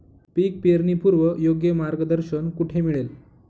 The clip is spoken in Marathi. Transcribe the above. पीक पेरणीपूर्व योग्य मार्गदर्शन कुठे मिळेल?